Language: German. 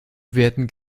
werden